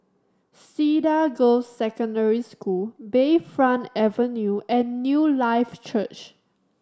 Cedar Girls' Secondary School Bayfront Avenue and Newlife Church